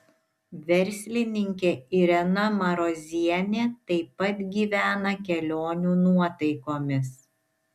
verslininkė irena marozienė taip pat gyvena kelionių nuotaikomis